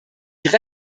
diese